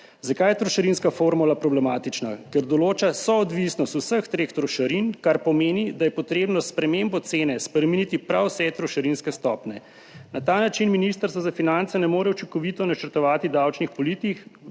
Zakaj je trošarinska formula problematična? Ker določa soodvisnost vseh treh trošarin, kar pomeni, da je potrebno s spremembo cene spremeniti prav vse trošarinske stopnje. Na ta način Ministrstvo za finance ne more učinkovito načrtovati davčnih politik,